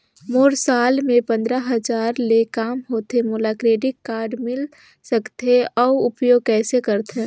मोर साल मे पंद्रह हजार ले काम होथे मोला क्रेडिट कारड मिल सकथे? अउ उपयोग कइसे करथे?